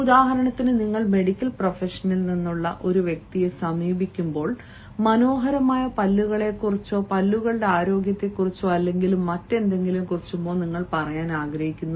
ഉദാഹരണത്തിന് നിങ്ങൾ മെഡിക്കൽ പ്രൊഫഷനിൽ നിന്നുള്ള ഒരു വ്യക്തിയെ സമീപിക്കുമ്പോൾ മനോഹരമായ പല്ലുകളെക്കുറിച്ചോ പല്ലുകളുടെ ആരോഗ്യത്തെക്കുറിച്ചോ അല്ലെങ്കിൽ മറ്റെന്തെങ്കിലുമോ പറയാൻ ആഗ്രഹിക്കുന്നു